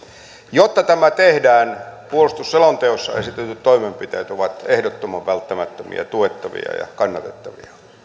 jotta tämä tehdään puolustusselonteossa esitetyt toimenpiteet ovat ehdottoman välttämättömiä tuettavia ja kannatettavia